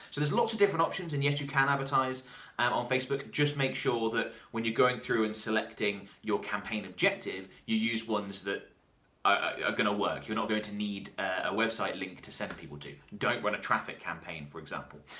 there's lots of different options, and yes you can advertise um on facebook. just make sure that when you're going through and selecting your campaign objective, you use ones that are gonna work. you're not going to need a website link to send people to. don't run a traffic campaign for example.